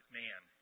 man